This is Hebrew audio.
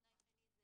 תנאי שני זה